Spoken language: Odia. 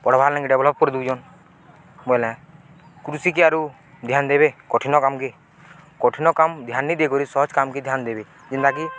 ପଢ଼ବାର୍ ଲି ଡ଼େଭଲପ୍ କରିଦଉଛନ୍ ବୋଇଲେ କୃଷିିକି ଆରୁ ଧ୍ୟାନ ଦେବେ କଠିନ କାମକେ କଠିନ କାମ ଧ୍ୟାନ ନି ଦେଇକରି ସହଜ କାମ୍କେ ଧ୍ୟାନ ଦେବେ ଯେନ୍ତାକି